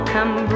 Come